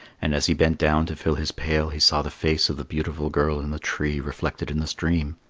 and as he bent down to fill his pail, he saw the face of the beautiful girl in the tree reflected in the stream.